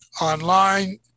online